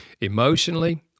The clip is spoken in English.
Emotionally